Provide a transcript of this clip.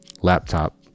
laptop